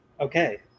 okay